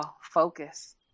focus